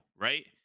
right